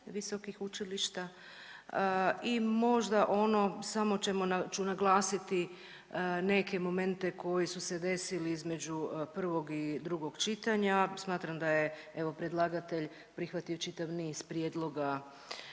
visokih učilišta i možda ono samo ću naglasiti neke momente koji su se desili između prvog i drugog čitanja, smatram da je evo predlagatelj prihvatio čitav niz prijedloga